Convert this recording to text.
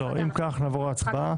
נעבור להצבעה.